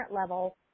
level